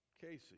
Casey